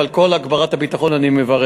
אבל על כל הגברת הביטחון אני מברך.